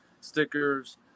stickers